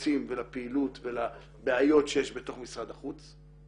לקיצוצים ולפעילות ולבעיות שיש בתוך משרד החוץ.